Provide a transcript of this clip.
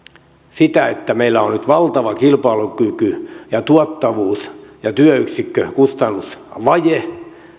sitä että meillä on on nyt valtava kilpailukyky ja tuottavuus ja työn yksikkökustannusvaje